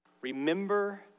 Remember